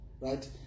right